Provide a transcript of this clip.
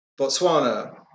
Botswana